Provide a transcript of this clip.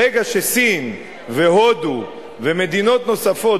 ברגע שסין והודו ומדינות נוספות,